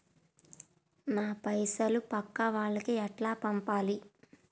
నా పైసలు పక్కా వాళ్లకి ఎట్లా పంపాలి?